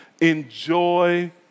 enjoy